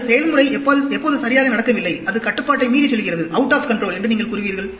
அல்லது செயல்முறை எப்போது சரியாக நடக்கவில்லை அது கட்டுப்பாட்டை மீறிச் செல்கிறது என்று நீங்கள் கூறுவீர்கள்